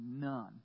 none